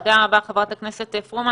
תודה רבה, חברת הכנסת פרומן.